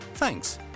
Thanks